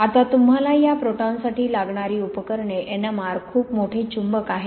आता तुम्हाला या प्रोटॉनसाठी लागणारी उपकरणे NMR खूप मोठे चुंबक आहे